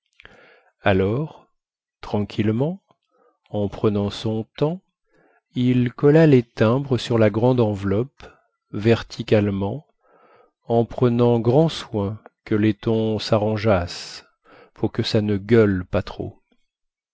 alors tranquillement en prenant son temps il colla les timbres sur la grande enveloppe verticalement en prenant grand soin que les tons sarrangeassent pour que ça ne gueule pas trop